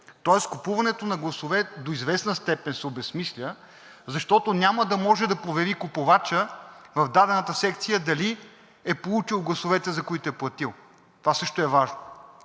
Тоест купуването на гласове до известна степен се обезсмисля, защото няма да може да провери купувачът в дадената секция дали е получил гласовете, за които е платил. Това също е важно.